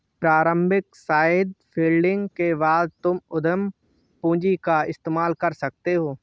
प्रारम्भिक seed funding के बाद तुम उद्यम पूंजी का इस्तेमाल कर सकते हो